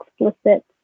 explicit